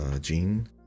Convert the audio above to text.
Jean